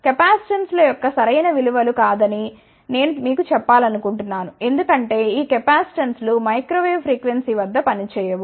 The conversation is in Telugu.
కెపాసిటెన్స్ల యొక్క సరైన విలువలు కాదని నేను మీకు చెప్పాలనుకుంటున్నాను ఎందుకంటే ఈ కెపాసిటెన్స్లు మైక్రో వేవ్ ఫ్రీక్వెన్సీ వద్ద పని చేయవు